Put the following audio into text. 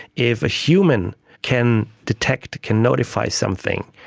if a human can detect, can notify something,